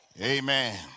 Amen